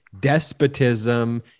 despotism